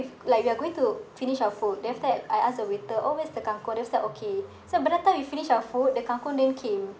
like we are going to finish our food then after that I ask the waiter oh where's the kangkong then was like okay so by the time we finish our food the kangkong then came